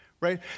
right